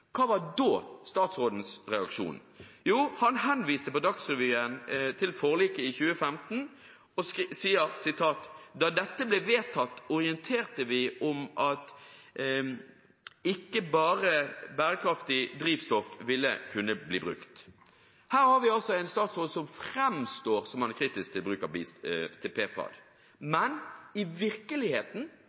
Hva var da statsrådens reaksjon? Jo, han henviste på Dagsrevyen til forliket i 2015 og sa at da dette ble vedtatt, orienterte man om at ikke bare bærekraftig drivstoff ville kunne bli brukt. Her har vi altså en statsråd som framstår som om han er kritisk til bruk av PFAD, men i virkeligheten